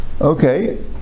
Okay